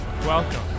Welcome